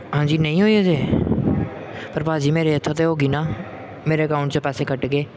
ਹਾਂਜੀ ਨਹੀਂ ਹੋਈ ਅਜੇ ਪਰ ਭਾਅ ਜੀ ਮੇਰੇ ਇੱਥੋਂ ਤਾਂ ਹੋ ਗਈ ਨਾ ਮੇਰੇ ਅਕਾਊਂਟ 'ਚ ਪੈਸੇ ਕੱਟ ਗਏ